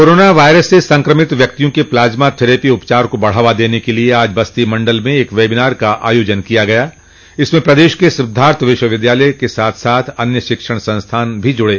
corona virus से संक्रमित व्यक्तियों के प्लाज्मा थेरेपी उपचार को बढ़ावा देने के लिए आज बस्ती मण्डल में एक वबिनार का आयोजन किया गया इसमें प्रदेश के सिद्वार्थ विश्वविद्यालय के साथ साथ अन्य शिक्षण संस्थान भी जूड़े